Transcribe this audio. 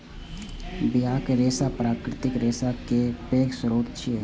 बियाक रेशा प्राकृतिक रेशा केर पैघ स्रोत छियै